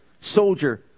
soldier